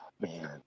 Man